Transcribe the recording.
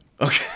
Okay